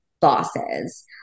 bosses